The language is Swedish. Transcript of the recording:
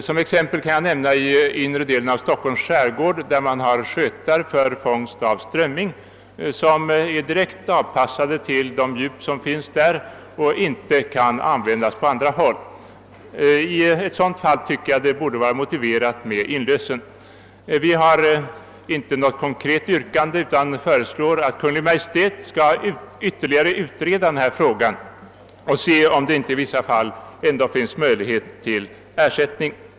Som exempel kan jag nämna att man i den inre delen av Stockholms skärgård har skötar för fångst av strömming, vilka är direkt avpassade för de djup som finns där och inte kan användas på andra håll. I ett sådant fall tycker jag att inlösen borde vara motiverad. Vi har inte något konkret yrkande utan föreslår att Kungl. Maj:t ytterligare skall utreda denna fråga för att undersöka om det inte ändå i vissa fall finns möjlighet till ersättning.